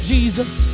Jesus